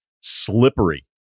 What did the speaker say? slippery